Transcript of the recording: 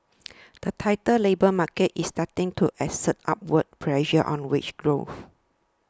the tighter labour market is starting to exert upward pressure on wage growth